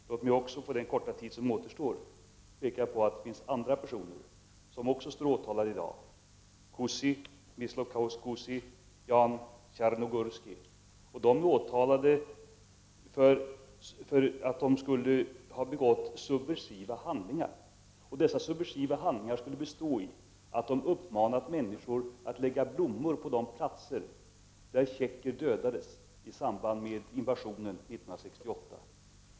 Låt mig också på den korta tid som återstår peka på att det också finns andra personer som står åtalade i dag, nämligen Miroslav Kusy och Jan Tjarnögöårsky. Dessa är åtalade för att de skulle ha begått subversiva handlingar, som skulle bestå i att de uppmanat människor att lägga blommor på de platser där tjecker dödades i samband med invasionen 1968.